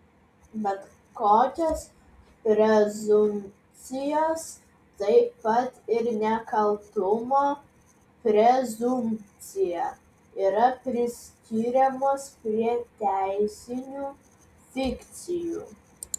bet kokios prezumpcijos taip pat ir nekaltumo prezumpcija yra priskiriamos prie teisinių fikcijų